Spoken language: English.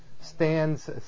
stands